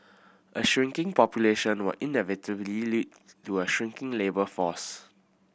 a shrinking population will inevitably lead to a shrinking labour force